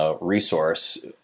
Resource